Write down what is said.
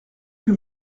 que